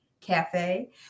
cafe